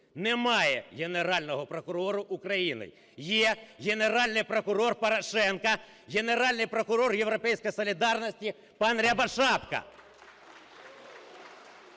Немає Генерального прокурора України, є Генеральний прокурор Порошенка, Генеральний прокурор "Європейської солідарності" пан Рябошапка.